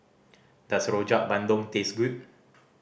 does Rojak Bandung taste good